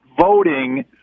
voting